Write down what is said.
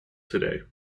today